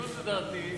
בניגוד לדעתי,